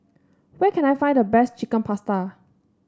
where can I find the best Chicken Pasta